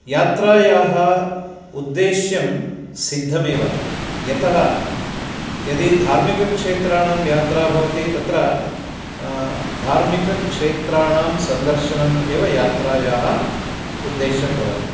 यात्रायाः उद्देश्यं सिद्धमेव यतः यदि धार्मिकक्षेत्राणां यात्रा भवति तत्र धार्मिकक्षेत्राणां सन्दर्शनम् एव यात्रायाः उद्देश्यं भवति